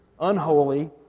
unholy